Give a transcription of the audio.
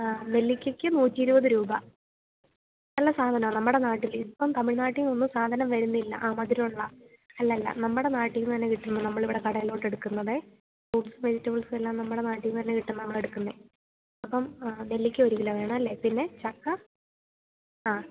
ആ നെല്ലിക്കയ്ക്ക് നൂറ്റി ഇരുപത് രൂപ നല്ല സാധനമാണ് നമ്മുടെ നാട്ടിൽ ഇപ്പം തമിഴ്നാട്ടിൽ നിന്നൊന്നും സാധനം വരുന്നില്ല ആ മധുരമുള്ളതാണ് അല്ലല്ല നമ്മുടെ നാട്ടിൽ നിന്ന് തന്നെ കിട്ടുന്ന നമ്മളിവിടെ കടയിലോട്ട് എടുക്കുന്നത് ഓ ഫ്രൂട്ട്സ് വെജിറ്റബിള്സ് എല്ലാം നമ്മുടെ നാട്ടിൽ നിന്ന് തന്നെ കിട്ടുന്നതാണ് നമ്മളെടുക്കുന്നത് അപ്പം നെല്ലിക്ക ഒരു കിലോ വേണം അല്ലേ പിന്നെ ചക്ക ആ